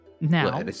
Now